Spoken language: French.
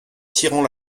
tirant